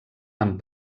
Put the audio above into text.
amb